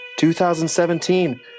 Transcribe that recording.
2017